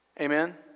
Amen